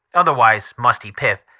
otherwise musty pip.